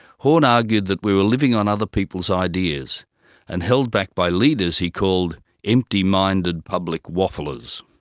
horne argued that we were living on other people's ideas and held back by leaders he called empty-minded public wafflers.